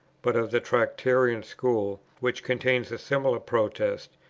but of the tractarian school, which contains a similar protest,